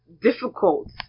difficult